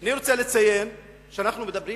אני רוצה לציין, כשאנחנו מדברים